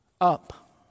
up